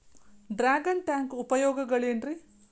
Dragon tank ಉಪಯೋಗಗಳೆನ್ರಿ?